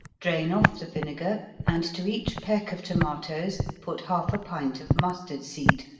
drain off the vinegar, and to each peck of tomatos put half a pint of mustard seed,